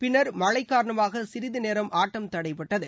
பின்னர் மழை காரணமாக சிறிது நேரம் ஆட்டம் தடைபட்டது